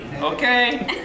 Okay